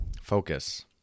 focus